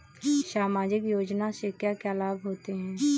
सामाजिक योजना से क्या क्या लाभ होते हैं?